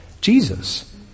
Jesus